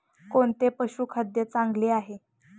कोणते पशुखाद्य चांगले आहे?